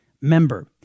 member